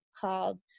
called